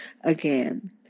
Again